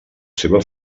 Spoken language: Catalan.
seva